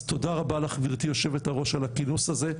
אז תודה רבה לך גברתי יושבת הראש על הכינוס הזה,